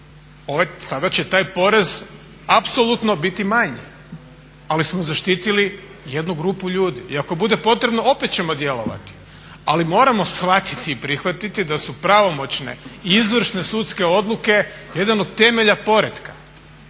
Sada će taj porez apsolutno biti manji. Ali smo zaštitili jednu grupu ljudi. I ako bude potrebno opet ćemo djelovati. Ali moramo shvatiti i prihvatiti da su pravomoćne i izvršne sudske odluke jedan od temelja poretka